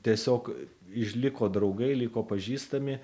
tiesiog išliko draugai liko pažįstami